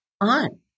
on